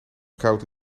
koud